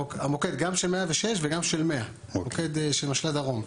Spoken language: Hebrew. המוקד גם של 106 וגם 100, מוקד של משל"ט דרום,